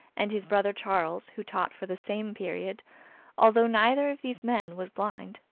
and his brother charles, who taught for the same period although neither of these men was blind,